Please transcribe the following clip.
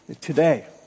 today